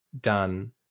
done